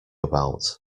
about